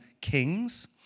Kings